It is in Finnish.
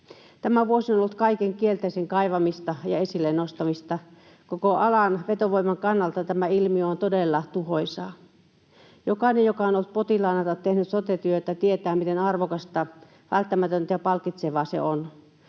Tämä vuosi on ollut kaiken kielteisen kaivamista ja esille nostamista. Tämä ilmiö on todella tuhoisa koko alan vetovoiman kannalta. Jokainen, joka on ollut potilaana tai tehnyt sote-työtä, tietää, miten arvokasta, välttämätöntä ja palkitsevaa se on.